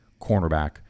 cornerback